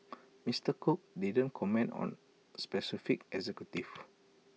Mister cook didn't comment on specific executives